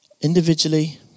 individually